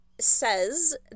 says